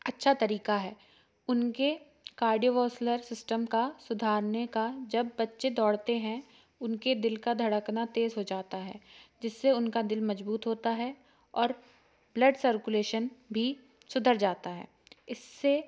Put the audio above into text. अच्छा तरीका है उनके कार्डियोवास्लर सिस्टम का सुधारने का जब बच्चे दौड़ते हैं उनके दिल का धड़कना तेज़ हो जाता है जिससे उनका दिल मजबूत होता है और ब्लड सर्कुलेशन भी सुधर जाता है इससे